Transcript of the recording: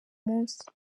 munsi